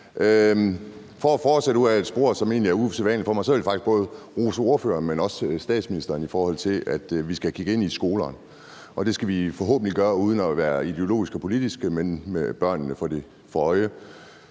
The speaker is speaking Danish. For at fortsætte ud ad et spor, som egentlig er usædvanligt for mig, så vil jeg faktisk både rose ordføreren, men også statsministeren, i forhold til at vi skal kigge på skolerne. Og det skal vi forhåbentlig gøre uden at være ideologiske og politiske, men med børnene for øje.